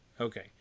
okay